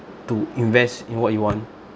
to invest in what you want